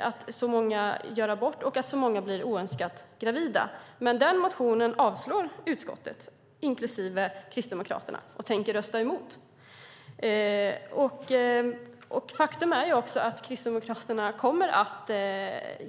att så många gör abort och till att så många blir oönskat gravida, men den motionen avstyrker utskottet, inklusive Kristdemokraterna. Ni tänker rösta emot den.